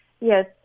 Yes